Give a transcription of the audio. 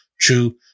true